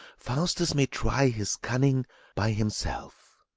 faustus may try his cunning by himself.